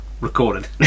recorded